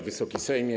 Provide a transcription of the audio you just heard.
Wysoki Sejmie!